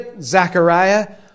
Zechariah